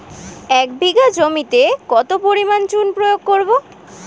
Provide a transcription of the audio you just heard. এক বিঘা জমিতে কত পরিমাণ চুন প্রয়োগ করব?